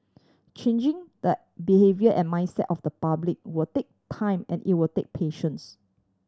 changing the behaviour and mindset of the public will take time and it will take patience